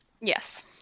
Yes